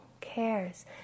cares